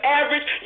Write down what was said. average